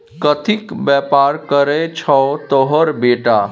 कथीक बेपार करय छौ तोहर बेटा?